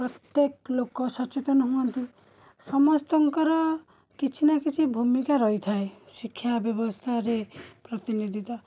ପ୍ରତ୍ୟେକ ଲୋକ ସଚେତନ ହୁଅନ୍ତି ସମସ୍ତଙ୍କର କିଛି ନା କିଛି ଭୂମିକା ରହିଥାଏ ଶିକ୍ଷା ବ୍ୟବସ୍ଥାରେ ପ୍ରତିନିଧିତା